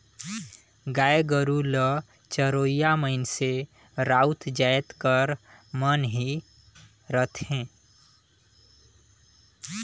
गाय गरू ल चरोइया मइनसे राउत जाएत कर मन ही रहथें